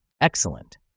Excellent